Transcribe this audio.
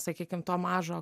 sakykim to mažo